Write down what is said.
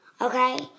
Okay